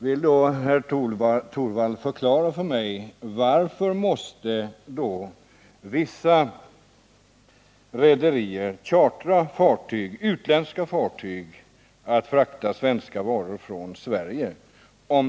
Vill då herr Torwald förklara för mig varför vissa rederier måste chartra utländska fartyg för att frakta svenska varor från Sverige?